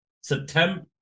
September